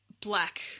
black